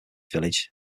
village